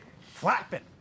flapping